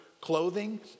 clothing